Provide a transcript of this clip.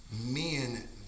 men